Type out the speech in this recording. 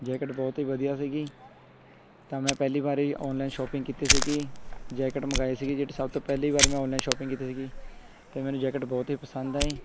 jacket ਬਹੁਤ ਹੀ ਵਧੀਆ ਸੀਗੀ ਤਾਂ ਮੈਂ ਪਹਿਲੀ ਵਾਰੀ ਔਨਲਾਈਨ ਸ਼ੋਪਿੰਗ ਕੀਤੀ ਸੀਗੀ ਜੈਕਟ ਮੰਗਾਈ ਸੀਗੀ ਜਿਹੜੀ ਸਭ ਤੋਂ ਪਹਿਲੀ ਵਾਰ ਮੈਂ ਔਨਲਾਈਨ ਸ਼ੋਪਿੰਗ ਕੀਤੀ ਸੀਗੀ ਅਤੇ ਮੈਨੂੰ ਜੈਕਟ ਬਹੁਤ ਹੀ ਪਸੰਦ ਆਈ